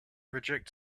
reject